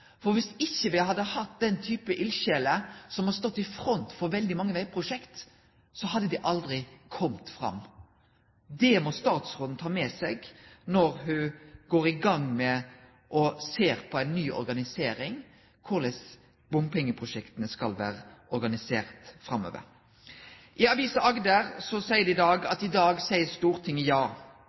hadde hatt den typen eldsjeler som har stått i front for veldig mange vegprosjekt, hadde dei aldri kome fram. Det må statsråden ta med seg når ho går i gang med å sjå på ei ny organisering, korleis bompengeprosjekta skal vere organiserte framover. I avisa Agder skriv dei i dag: «I dag sier Stortinget ja».